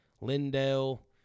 Lindell